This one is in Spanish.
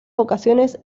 ocasiones